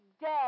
dead